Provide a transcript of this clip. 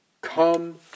come